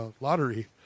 lottery